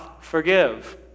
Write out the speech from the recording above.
forgive